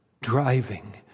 driving